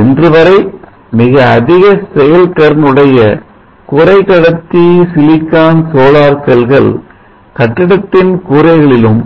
இன்றுவரை மிக அதிக செயல் திறனுடைய குறைகடத்தி சிலிக்கான் சோலார் செல்கள் கட்டிடத்தின் கூரைகளிலும்